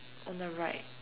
on the right